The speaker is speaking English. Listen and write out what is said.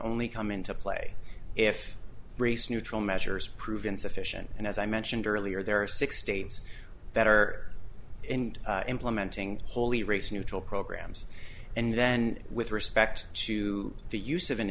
only come into play if race neutral measures prove insufficient and as i mentioned earlier there are six states that are implementing wholly race neutral programs and then with respect to the use of an